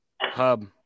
hub